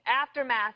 aftermath